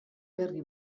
berri